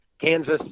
Kansas